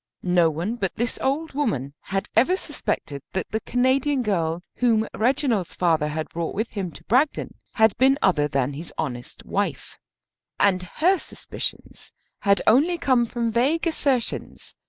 no one but this old woman had ever suspected that the canadian girl whom reginald's father had brought with him to bragton had been other than his honest wife and her suspicions had only come from vague assertions,